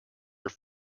your